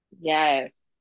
Yes